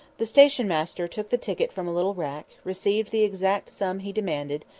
the station-master took the ticket from a little rack, received the exact sum he demanded,